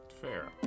Fair